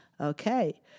Okay